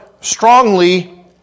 strongly